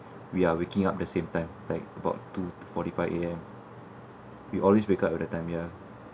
we're waking up the same time like about two forty A_M we always wake up at that time ya